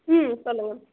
ம் பண்ணுங்கள்